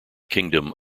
kingdom